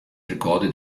recorded